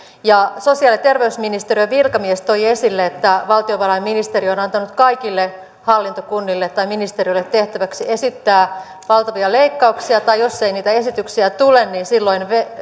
sosiaali ja terveysministeriön virkamies toi esille että valtiovarainministeriö on antanut kaikille hallintokunnille tai ministeriöille tehtäväksi esittää valtavia leikkauksia tai jos ei niitä esityksiä tule niin silloin